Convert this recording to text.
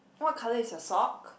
what colour is your sock